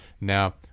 Now